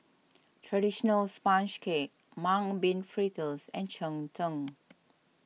Traditional Sponge Cake Mung Bean Fritters and Cheng Tng